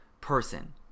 person